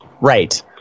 Right